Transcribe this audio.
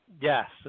Yes